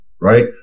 right